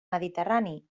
mediterrani